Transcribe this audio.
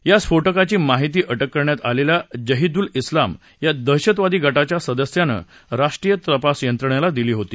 या स्फोटकाची माहिती अटक करण्यात आलेल्या जहीदुल इस्लाम या दहशतवादी गटाच्या सदस्यानं राष्ट्रीय तपास यंत्रणेला दिली होती